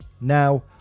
Now